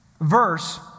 verse